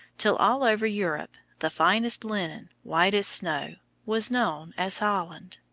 till all over europe the finest linen, white as snow, was known as holland.